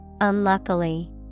unluckily